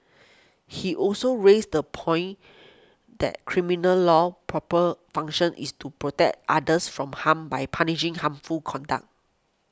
he also raised the point that criminal law's proper function is to protect others from harm by punishing harmful conduct